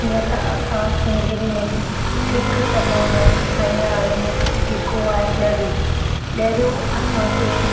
जीअं त असां सिंधीयुनि में हिक त भोजन ठाहींदा आहियूं जेको आहे ॾरियो ॾरियो असांखे